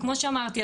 וכמו שאמרתי,